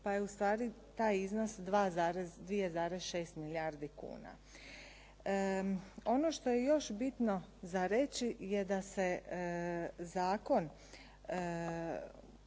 pa je u stvari taj iznos 2,6 milijardi kuna. Ono što je još bitno za reći je da se zakon